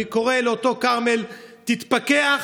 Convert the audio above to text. אני קורא לאותו כרמל: תתפכח,